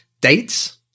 dates